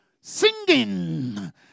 singing